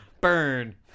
burn